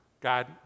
God